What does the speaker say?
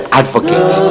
advocate